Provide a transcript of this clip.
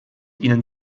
ihnen